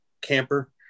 camper